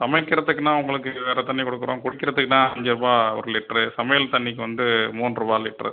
சமைக்கிறதுக்குனால் உங்களுக்கு வேறு தண்ணி கொடுக்குறோம் குடிக்கிறதுக்குனால் அஞ்சு ருபாய் ஒரு லிட்ரு சமையல் தண்ணிக்கு வந்து மூணு ருபாய் லிட்ரு